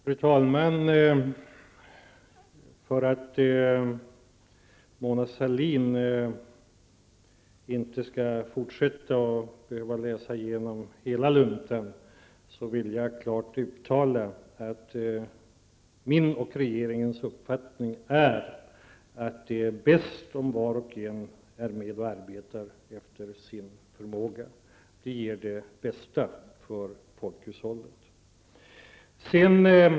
Fru talman! För att Mona Sahlin inte skall behöva fortsätta och läsa igenom hela luntan vill jag klart uttala att min och regeringens uppfattning är att det är bäst om var och en är med och arbetar efter sin förmåga. Det ger det bästa för folkhushållet.